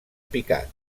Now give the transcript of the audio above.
picat